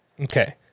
Okay